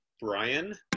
Brian